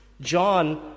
John